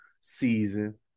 season